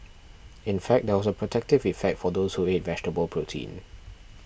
in fact there was a protective effect for those who ate vegetable protein